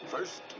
First